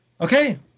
Okay